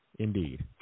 Indeed